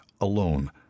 alone